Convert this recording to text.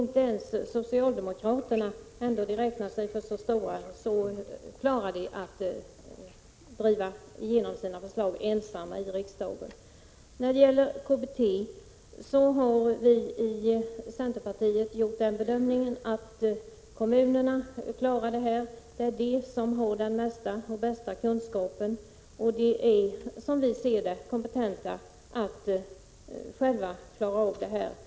Inte ens socialdemokraterna, som ändå anser sig vara så stora, klarar att ensamma driva igenom sina förslag i riksdagen. Vad beträffar KBT har vi i centerpartiet gjort bedömningen att kommunerna klarar detta. Det är de som har den största och bästa kunskapen, och de är enligt vår mening kompetenta att själva avgöra den här frågan.